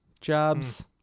jobs